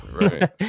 right